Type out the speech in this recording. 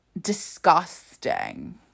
Disgusting